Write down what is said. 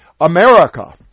America